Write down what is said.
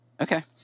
Okay